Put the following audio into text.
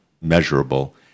measurable